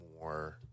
more